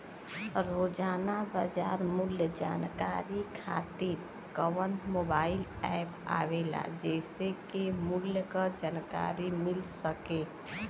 रोजाना बाजार मूल्य जानकारी खातीर कवन मोबाइल ऐप आवेला जेसे के मूल्य क जानकारी मिल सके?